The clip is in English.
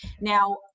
Now